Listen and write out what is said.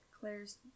claire's